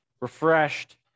refreshed